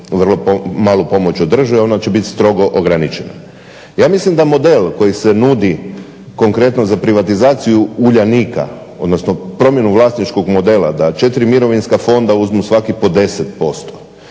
vrlo malu pomoć od države ona će biti strogo ograničena. Ja mislim da model koji se nudi konkretno za privatizaciju Uljanika odnosno promjenu vlasničkog modela da 4 mirovinska fonda uzmu svaki po 10%,